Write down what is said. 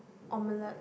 omelette